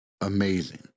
amazing